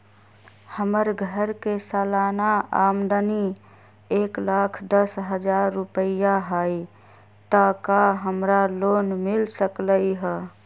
हमर घर के सालाना आमदनी एक लाख दस हजार रुपैया हाई त का हमरा लोन मिल सकलई ह?